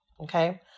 okay